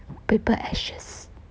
paper ashes